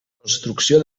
construcció